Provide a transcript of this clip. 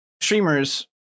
streamers